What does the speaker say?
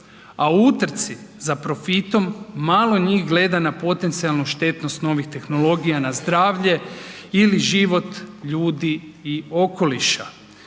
u utrci za profitom malo njih gleda na potencijalnu štetnost novih tehnologija na zdravlje ili život ljudi i okoliša.